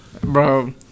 Bro